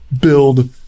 build